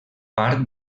part